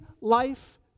life